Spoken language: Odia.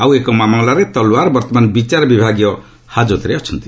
ଆଉ ଏକ ମାମଲାରେ ତଲୱାର ବର୍ତ୍ତମାନ ବିଚାରବିଭାଗୀୟ ହାଜତରେ ଅଛନ୍ତି